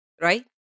Right